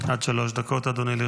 עד שלוש דקות לרשותך, אדוני.